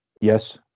yes